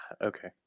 Okay